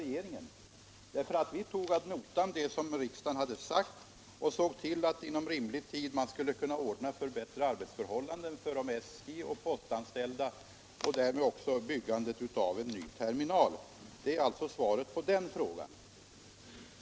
Vi tog det som riksdagen hade sagt ad notam och såg till att man inom rimlig tid skulle kunna ordna bättre arbetsförhållanden för de SJ och postanställda genom byggande av en ny terminal. Det är svaret på den frågan.